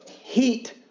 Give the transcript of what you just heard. heat